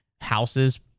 houses